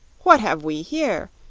what have we here?